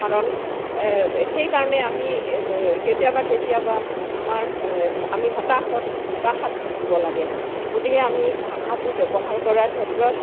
কাৰণ সেইকাৰণে আমি কেতিয়াবা কেতিয়াবা আমাৰ আমি হতাশত হতাশাত ভুগিব লাগে গতিকে আমি ভাষাটো ব্যৱহাৰ কৰাৰ ক্ষেত্ৰত